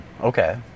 Okay